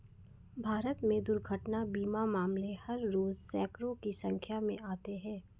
भारत में दुर्घटना बीमा मामले हर रोज़ सैंकडों की संख्या में आते हैं